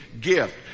gift